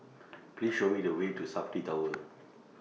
Please Show Me The Way to Safti Tower